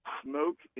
smoke